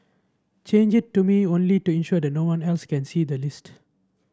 change it to me only to ensure that no one else can see the list